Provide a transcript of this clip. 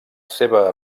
seva